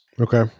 Okay